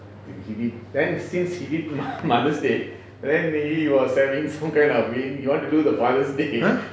!huh!